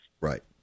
Right